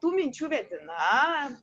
tų minčių vedina